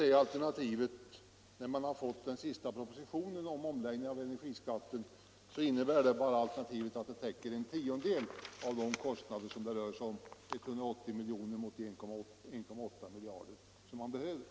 Det alternativet innebär, sedan vi fått den senaste propositionen om omläggning av energiskatten, att man täcker bara en tiondel av de kostnader det gäller — 180 miljoner mot de 1,8 miljarder som behövs.